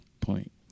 point